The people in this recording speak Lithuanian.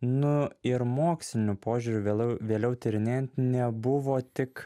nu ir moksliniu požiūriu vėlau vėliau tyrinėjant nebuvo tik